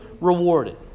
rewarded